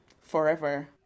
forever